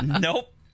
Nope